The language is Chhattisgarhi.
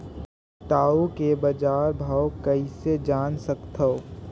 टाऊ के बजार भाव कइसे जान सकथव?